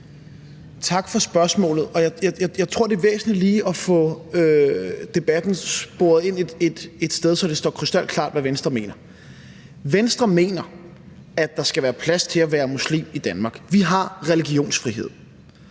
Tak for spørgsmålet. Jeg tror, det er væsentligt lige at få debatten sporet ind et sted, så det står krystalklart, hvad Venstre mener. Venstre mener, at der skal være plads til at være muslim i Danmark. Vi har religionsfrihed.